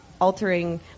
altering